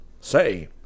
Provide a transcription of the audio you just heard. Say